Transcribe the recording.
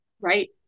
Right